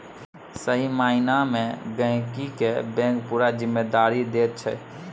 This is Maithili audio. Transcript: सही माइना मे गहिंकी केँ बैंक पुरा जिम्मेदारी दैत छै